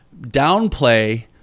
downplay